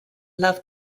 love